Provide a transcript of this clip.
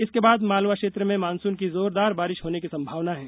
इसके बाद मालवा क्षेत्र में मानसून की जोरदार बारिश होने की संभावना है